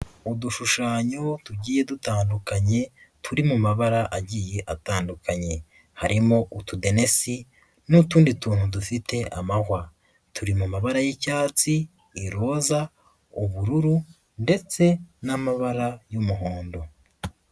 Udushushanyo tugiye dutandukanye, turi mu mabara agiye atandukanye. Harimo utudenesi n'utundi tuntu dufite amahwa. Turi mu mabara y'icyatsi, iroza, ubururu ndetse n'amabara y'umuhondo.